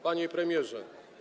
Panie Premierze!